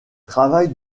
travaille